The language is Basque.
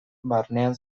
barnean